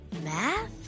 math